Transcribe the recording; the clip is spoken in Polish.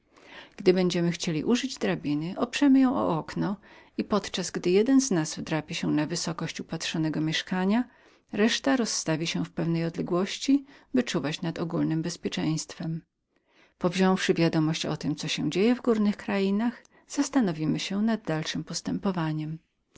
gdy będziem chcieli użyć drabiny oprzemy ją o okno i podczas gdy jeden z nas wdrapie się aż do wygodnego obejrzenia mieszkania drudzy rozstawią się w pewnej odległości dla czuwania nad powszechnem bezpieczeństwem powziąwszy raz wiadomości o tem co się dzieje w górnych krainach zastanowimy się nad dalszem postępowaniem